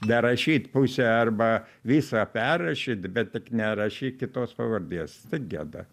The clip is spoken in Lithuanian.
darašyt pusę arba visą perrašyt bet tik nerašyk kitos pavardės tik geda